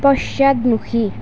পশ্চাদমুখী